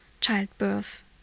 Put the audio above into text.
childbirth